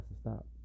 stop